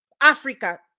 Africa